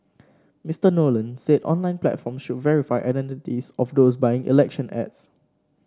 Mister Nolan said online platforms should verify the identities of those buying election ads